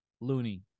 loony